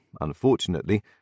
unfortunately